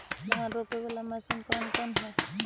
धान रोपी बाला मशिन कौन कौन है?